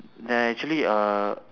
there actually err